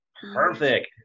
Perfect